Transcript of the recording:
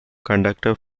conductor